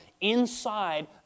inside